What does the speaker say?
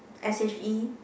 s_h_e